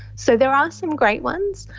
so there are some great ones,